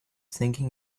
thinking